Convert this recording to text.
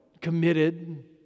committed